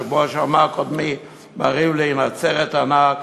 כמו שאמר קודמי מר ריבלין, עצרת ענק